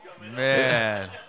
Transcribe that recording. Man